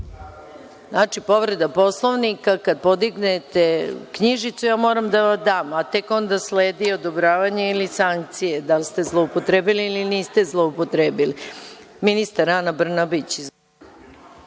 povreda Poslovnika, kada podignete knjižicu, ja moram da vam dam reč, a tek onda sledi odobravanje ili sankcije, da li ste zloupotrebili ili niste zloupotrebili. Reč